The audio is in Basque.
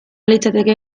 litzateke